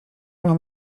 mam